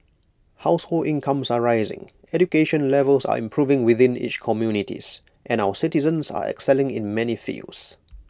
household incomes are rising education levels are improving within each communities and our citizens are excelling in many fields